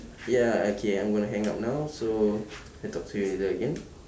ya okay I'm gonna hang up now so I talk to you later again